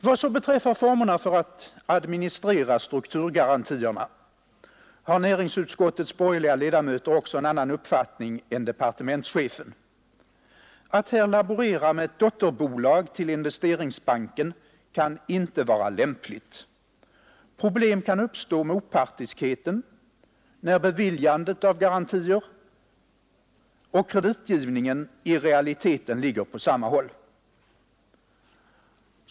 Vad beträffar formerna för att administrera strukturgarantierna har näringsutskottets borgerliga ledamöter också en annan uppfattning än departementschefen. Att här laborera med ett dotterbolag till Investeringsbanken kan inte vara lämpligt. Problem kan uppstå med opartiskheten när beviljandet av garantier och kreditgivningen i realiteten ligger på samma håll.